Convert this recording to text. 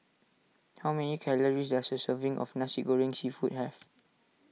how many calories does a serving of Nasi Goreng Seafood have